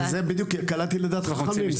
קלעתי לדעת חכמים.